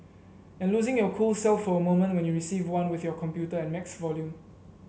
and losing your cool self for a moment when you receive one with your computer at max volume